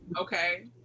okay